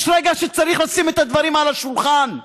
יש רגע שצריך לשים את הדברים על השולחן,